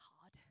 hard